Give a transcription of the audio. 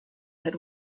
had